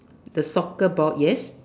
the soccer ball yes